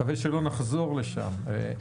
נקווה שלא נחזור לשם.